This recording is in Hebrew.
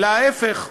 אלא ההפך,